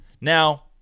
Now